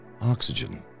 Oxygen